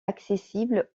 accessible